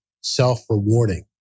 self-rewarding